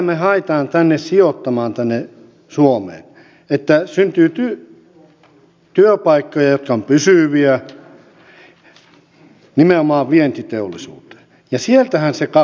me haemme tätä pääomaa sijoittamaan tänne suomeen että syntyy työpaikkoja jotka ovat pysyviä nimenomaan vientiteollisuuteen ja sieltähän se kakku tulee